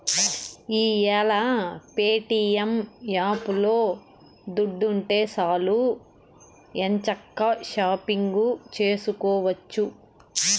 ఈ యేల ప్యేటియం యాపులో దుడ్డుంటే సాలు ఎంచక్కా షాపింగు సేసుకోవచ్చు